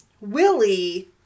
Willie